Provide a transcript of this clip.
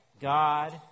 God